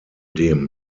dem